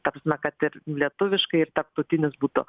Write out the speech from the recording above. ta prasme kad ir lietuviškai ir tarptautinis būtų